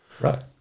right